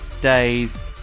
days